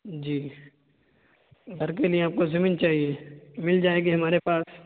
جی گھر کے لیے آپ کو زمین چاہیے مل جائے گی ہمارے پاس